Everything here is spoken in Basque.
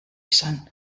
izan